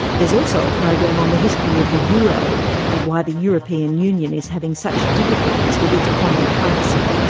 there's also a program on the history of the euro and why the european union is having such difficulties with its common currency.